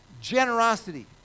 generosity